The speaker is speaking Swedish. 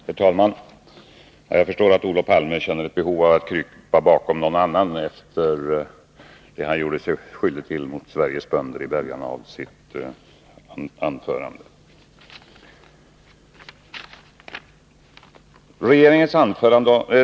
Herr talman! Jag förstår att Olof Palme känner ett behov av att krypa bakom någon annan, efter det han gjorde sig skyldig till mot Sveriges bönder i början av sitt anförande tidigare.